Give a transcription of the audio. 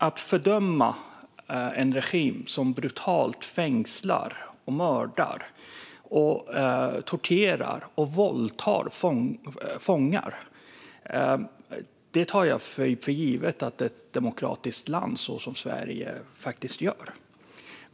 Att fördöma en regim som brutalt fängslar, mördar, torterar och våldtar fångar - det tar jag för givet att ett demokratiskt land som Sverige faktiskt gör.